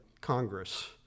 Congress